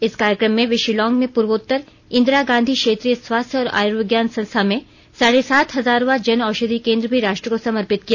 इस कार्यकम में वे शिलांग में पूर्वोत्तार इंदिरा गांधी क्षेत्रीय स्वास्थ्य और आयुर्विज्ञान संस्था में साढ़े सात हजारवें जन औषधि केन द्र भी राष्ट्र को समर्पित किया